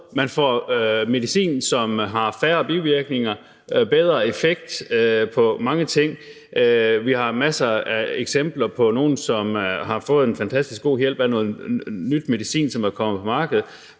Man får medicin, som har færre bivirkninger og en bedre effekt. Vi har masser af eksempler på nogle, der har fået en fantastisk hjælp af en ny medicin, som er kommet på markedet.